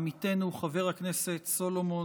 עמיתנו חבר הכנסת סולומון,